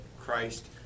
Christ